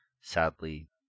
sadly